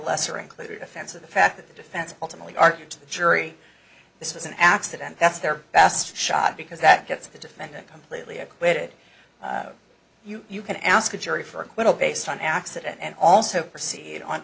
lesser included offense of the fact that the defense ultimately argued to the jury this was an accident that's their best shot because that gets the defendant completely acquitted you can ask a jury for acquittal based on accident and also proceed on